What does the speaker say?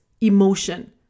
emotion